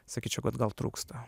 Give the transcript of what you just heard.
sakyčiau kad gal trūksta